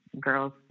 girls